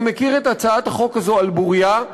אני מכיר את הצעת החוק הזו על בורייה,